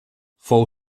fou